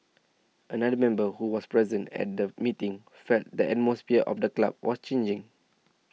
another member who was present at the meeting felt the atmosphere of the club was changing